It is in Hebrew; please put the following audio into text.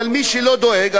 אבל מי שלא דואג,